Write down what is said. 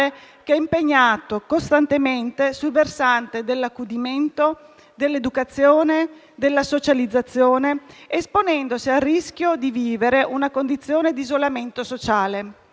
che è costantemente impegnato sul versante dell'accudimento, dell'educazione e della socializzazione, esponendosi al rischio di vivere una condizione di isolamento sociale.